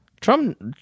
Trump